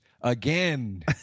again